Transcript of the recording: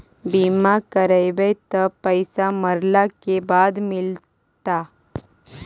बिमा करैबैय त पैसा मरला के बाद मिलता?